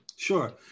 Sure